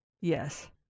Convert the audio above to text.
yes